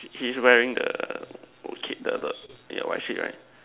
he's wearing the kid the the yeah white shit right